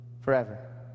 forever